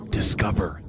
discover